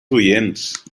oients